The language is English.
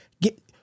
get—